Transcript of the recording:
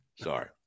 Sorry